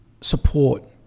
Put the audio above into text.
support